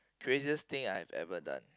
craziest thing I have ever done